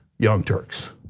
young turks.